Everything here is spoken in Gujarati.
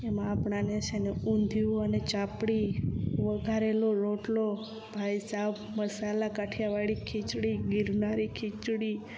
એમાં આપણાને છે ને ઊંધિયું અને ચાપડી વઘારેલો રોટલો ભાઈસાબ મસાલા કાઠિયાવાડી ખીચડી ગિરનારી ખીચડી